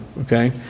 Okay